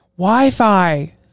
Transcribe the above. Wi-Fi